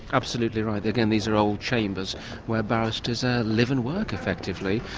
absolutely right. again, these are old chambers where barristers ah live and work effectively.